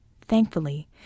Thankfully